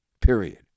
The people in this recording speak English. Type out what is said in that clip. Period